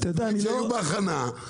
שהיו בהכנה.